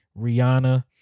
Rihanna